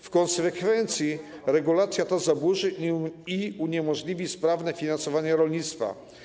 W konsekwencji regulacja ta zaburzy i uniemożliwi sprawne finansowanie rolnictwa.